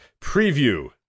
preview